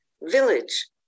village